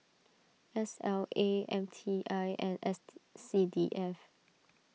S L A M T I and S C D F